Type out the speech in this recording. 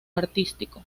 artístico